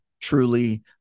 truly